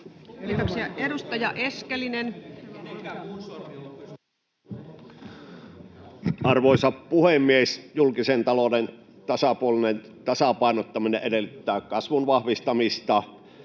Kiitoksia. — Edustaja Eskelinen. Arvoisa puhemies! Julkisen talouden tasapuolinen tasapainottaminen edellyttää kasvun vahvistamista,